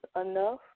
enough